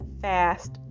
fast